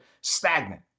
stagnant